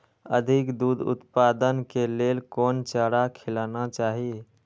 अधिक दूध उत्पादन के लेल कोन चारा खिलाना चाही?